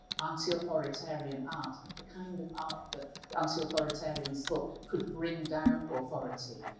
anti-authoritarian art. the kind of art that anti-authoritarians thought could bring down authority.